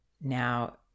Now